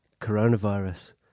Coronavirus